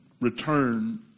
return